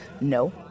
no